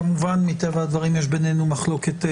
כמובן מטבע הדברים יש בינינו מחלוקת.